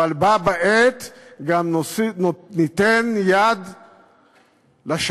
אבל בה בעת גם ניתן יד לשלום,